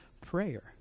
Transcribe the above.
prayer